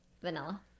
Vanilla